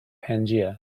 pangaea